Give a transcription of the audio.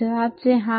જવાબ છે હા